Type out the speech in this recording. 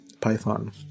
Python